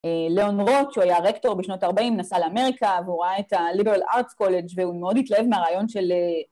ליאון רוט שהוא היה הרקטור בשנות 40' נסע לאמריקה והוא ראה את ליברל ארט קולג' והוא מאוד התלהב מהרעיון של